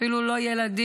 אפילו לא ילדים,